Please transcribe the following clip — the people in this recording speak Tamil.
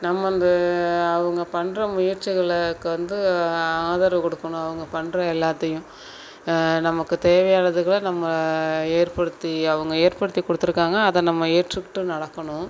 நம்ம அந்த அவங்க பண்ணுற முயற்சிகளுக்கு வந்து ஆதரவு கொடுக்குணும் அவங்க பண்ணுற எல்லாத்தையும் நமக்கு தேவையானதுகளை நம்ம ஏற்படுத்தி அவங்க ஏற்படுத்தி கொடுத்துருக்காங்க அதை நம்ம ஏற்றுக்கிட்டு நடக்கணும்